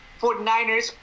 49ers